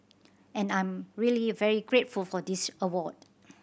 and I'm really very grateful for this award